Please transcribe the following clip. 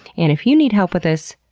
and if you need help with this,